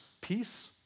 peace